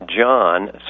John